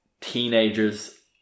teenagers